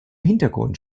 hintergrund